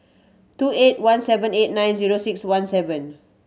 two eight one seven eight nine zero six one seven